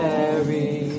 Mary